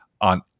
on